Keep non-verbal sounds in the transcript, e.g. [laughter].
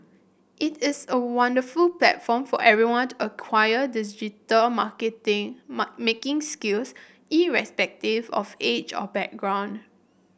it is a wonderful platform for everyone to acquire digital marketing [unintelligible] making skills irrespective of age or background